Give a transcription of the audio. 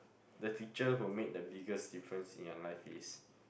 the teacher who made the biggest difference in your life is